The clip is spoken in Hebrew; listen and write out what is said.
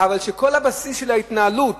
אבל שכל בסיס ההתנהלות